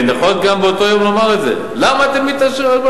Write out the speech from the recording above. יכולת גם לומר באותו יום: למה אתם מתעשרים,